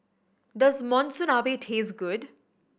does Monsunabe taste good